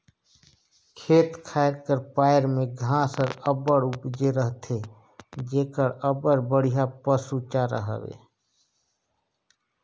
खेत खाएर का पाएर में घांस हर अब्बड़ उपजे रहथे जेहर अब्बड़ बड़िहा पसु चारा हवे